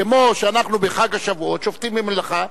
כמו שאנחנו בחג השבועות שובתים ממלאכה,